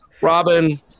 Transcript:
Robin